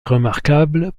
remarquable